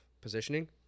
positioning